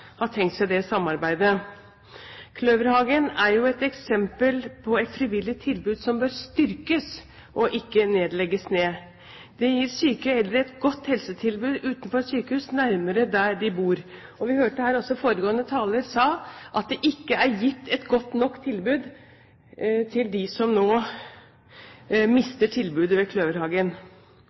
har tenkt seg det samarbeidet. Kløverhagen er et eksempel på et frivillig tilbud som bør styrkes, ikke legges ned. Det gir syke eldre et godt helsetilbud utenfor sykehus, nærmere der de bor. Vi hørte også foregående taler si at det ikke er gitt et godt nok tilbud til dem som nå mister tilbudet ved Kløverhagen.